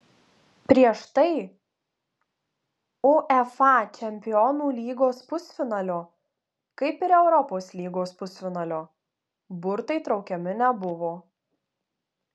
prieš tai uefa čempionų lygos pusfinalio kaip ir europos lygos pusfinalio burtai traukiami nebuvo